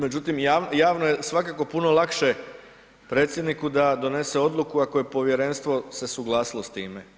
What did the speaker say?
Međutim, javno je svakako puno lakše predsjedniku da donese odluku ako je povjerenstvo se suglasilo s time.